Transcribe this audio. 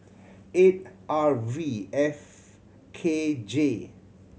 eight R V F K J